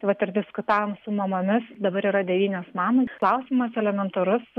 tai vat ir diskutavom su mamomis dabar yra devynios mamos klausimas elementarus